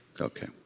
Okay